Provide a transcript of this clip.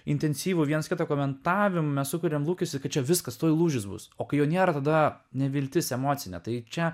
intensyvų viens kito komentavimu mes sukuriam lūkestį kad viskas tuoj lūžis bus o kai jo nėra tada neviltis emocinė tai čia